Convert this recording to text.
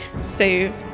save